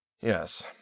Yes